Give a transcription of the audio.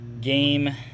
game